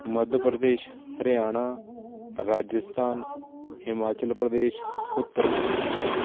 Madhya Pradesh Haryana Rajasthan Himachal Pradesh Uttar Pradesh